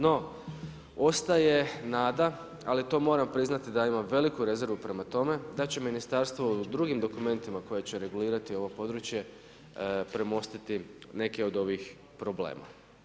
No ostaje nada ali to moram priznati da imam veliku rezervu prema tome da će ministarstvo u drugim dokumentima koje će regulirati ovo područje premostiti neke od ovih problema.